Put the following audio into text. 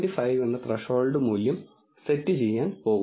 5 എന്ന ത്രെഷോൾഡ് മൂല്യം സെറ്റ് ചെയ്യാൻ പോകുന്നു